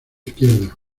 izquierda